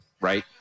right